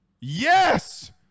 Yes